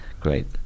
great